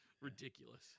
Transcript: ridiculous